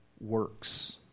works